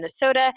minnesota